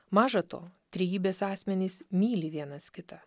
maža to trejybės asmenys myli vienas kitą